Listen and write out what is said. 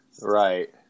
Right